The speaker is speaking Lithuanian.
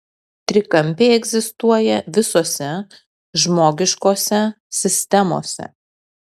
trikampiai egzistuoja visose žmogiškose sistemose